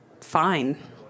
fine